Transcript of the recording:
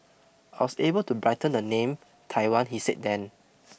I'll stable to brighten the name Taiwan he said then